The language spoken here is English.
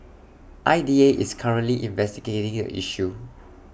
I D A is currently investigating A issue